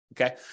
Okay